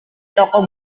toko